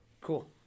Cool